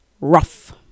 Rough